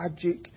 tragic